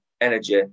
energy